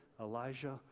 Elijah